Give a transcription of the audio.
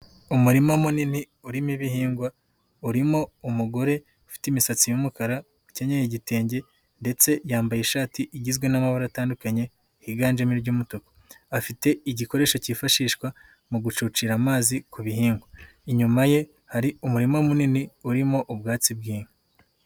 Umurima munini urimo ibihingwa urimo umugore ufite imisatsi y'umukara, ukenyeye igitenge ndetse yambaye ishati igizwe n'amabara atandukanye higanjemo iry'umutuku. Afite igikoresho kifashishwa mu gucucira amazi ku bihingwa, inyuma ye hari umurima munini urimo ubwatsi bw'inka.